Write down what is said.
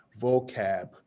vocab